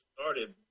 Started